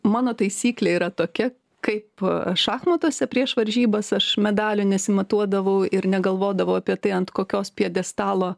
mano taisyklė yra tokia kaip šachmatuose prieš varžybas aš medalių nesimatuodavau ir negalvodavau apie tai ant kokios pjedestalo